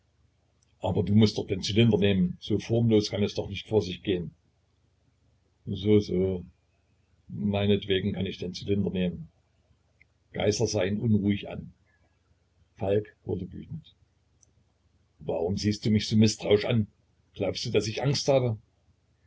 aber du mußt doch den zylinder nehmen so formlos kann es doch nicht vor sich gehen so so meinetwegen kann ich den zylinder nehmen geißler sah ihn unruhig an falk wurde wütend warum siehst du mich so mißtrauisch an glaubst du daß ich angst habe